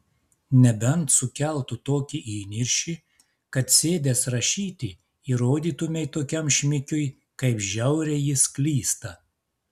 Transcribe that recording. nebent sukeltų tokį įniršį kad sėdęs rašyti įrodytumei tokiam šmikiui kaip žiauriai jis klysta